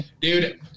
Dude